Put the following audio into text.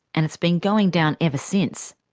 and it's been going down ever since.